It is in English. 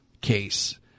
case